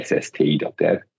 sst.dev